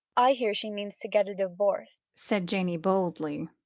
i hear she means to get a divorce, said janey boldly.